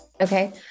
Okay